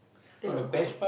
there got gold